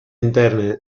interne